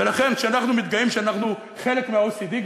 ולכן כשאנחנו מתגאים שאנחנו חלק מה-OECD,